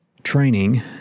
Training